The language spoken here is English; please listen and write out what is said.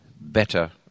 better